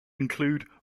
include